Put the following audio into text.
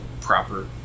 proper